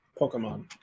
pokemon